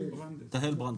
נמצאת.